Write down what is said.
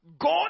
god